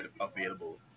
available